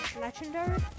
legendary